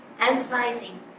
emphasizing